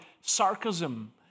sarcasm